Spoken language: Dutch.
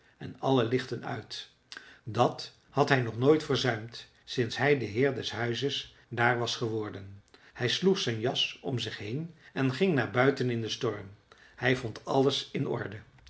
en alle lichten uit dat had hij nog nooit verzuimd sinds hij de heer des huizes daar was geworden hij sloeg zijn jas om zich heen en ging naar buiten in den storm hij vond alles in orde